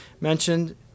mentioned